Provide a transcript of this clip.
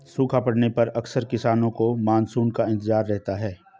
सूखा पड़ने पर अक्सर किसानों को मानसून का इंतजार रहता है